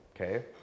okay